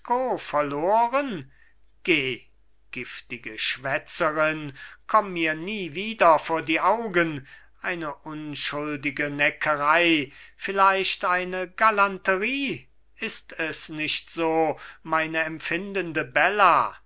verloren geh giftige schwätzerin komm mir nie wieder vor die augen eine unschuldige neckerei vielleicht eine galanterie ist es nicht so meine empfindende bella